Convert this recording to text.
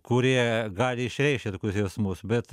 kurie gali išreikšti jausmus bet